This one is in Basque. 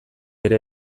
ere